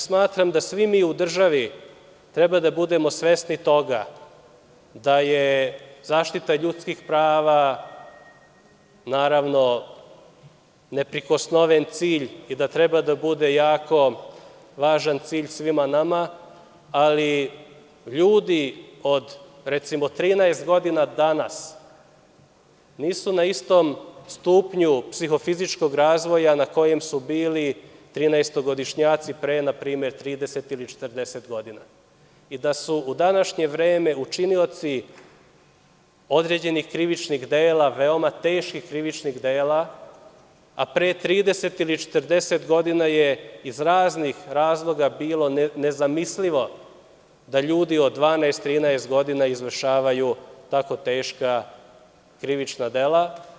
Smatram da svi mi u državi treba da budemo svesni toga da je zaštita ljudskih prava, naravno, neprikosnoven cilj i da treba da bude jako važan cilj svima nama, ali ljudi od, recimo 13 godina, danas nisu na istom stupnju psihofizičkog razvoja na kojem su bili trinaestogodišnjaci pre 30 ili 40 godina i da su u današnje vreme učinioci određenih krivičnih dela, veoma teških krivičnih dela, a pre 30 ili 40 godina je iz raznih razloga bilo nezamislivo da ljudi od 12, 13 godina izvršavaju tako teška krivična dela.